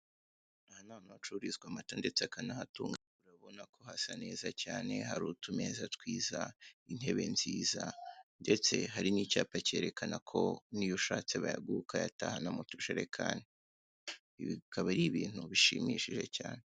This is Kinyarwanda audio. Aha ni ahantu hacururizwa amata ndetse akanahatunganyirizwa. Urabona ko hasa neza cyane. Cyane utumeza twiza, intebe nziza, ndetse hari n'icyapa cyerekana ko iyo ushatse bayaguha ukayatahana mu tujerekani.